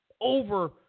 over